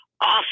awesome